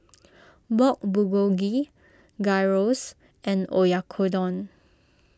Pork Bulgogi Gyros and Oyakodon